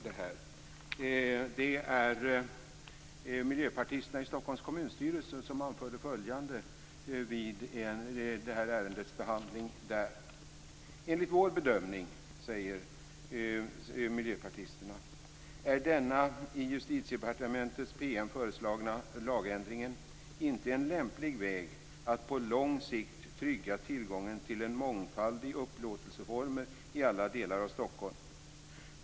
Det är miljöpartisterna i Stockholms kommunstyrelse som anförde följande vid ärendets behandling: Enligt vår bedömning är denna i Justitiedepartementet föreslagna lagändring inte en lämplig väg att på lång sikt trygga tillgången till en mångfald i upplåtelseformer i alla delar av Stockholm.